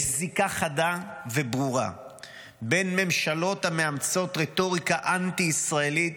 יש זיקה חדה וברורה בין ממשלות המאמצות רטוריקה אנטי ישראלית,